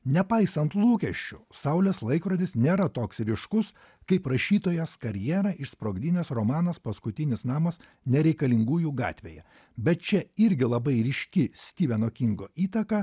nepaisant lūkesčių saulės laikrodis nėra toks ryškus kaip rašytojos karjerą išsprogdinęs romanas paskutinis namas nereikalingųjų gatvėje bet čia irgi labai ryški styveno kingo įtaka